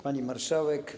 Pani Marszałek!